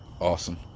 awesome